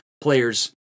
players